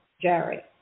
Jerry